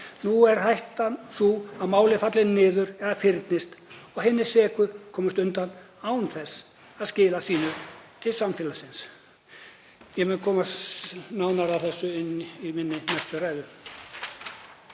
Nú er hættan sú að mál falli niður eða fyrnist og hinir seku komist undan án þess að skila sínu til samfélagsins. Ég mun koma nánar að því í næstu ræðu